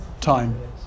time